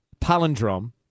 palindrome